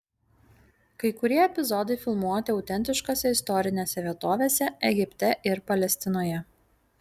kai kurie epizodai filmuoti autentiškose istorinėse vietovėse egipte ir palestinoje